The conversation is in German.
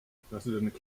präsident